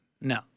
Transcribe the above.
No